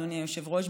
אדוני היושב-ראש,